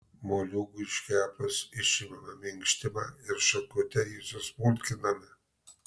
moliūgui iškepus išimame minkštimą ir šakute jį susmulkiname